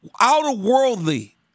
out-of-worldly